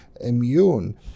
immune